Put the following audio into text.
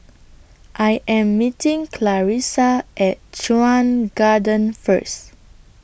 I Am meeting Clarissa At Chuan Garden First